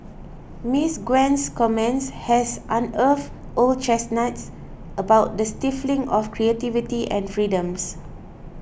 Miss Gwen's comments has unearthed old chestnuts about the stifling of creativity and freedoms